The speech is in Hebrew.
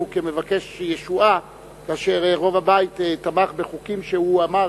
כמבקש ישועה כאשר רוב הבית תמך בחוקים שהוא אמר,